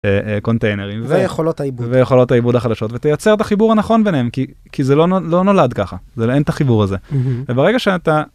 אה אה קונטיינרים. ויכולות העיבוד. ויכולות העיבוד החדשות ותייצר את החיבור הנכון ביניהם כי כי זה לא נולד ככה, זה אין את החיבור הזה. וברגע שאתה